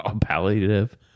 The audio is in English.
palliative